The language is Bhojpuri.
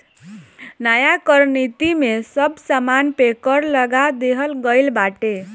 नया कर नीति में सब सामान पे कर लगा देहल गइल बाटे